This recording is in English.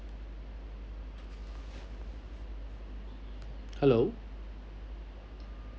hello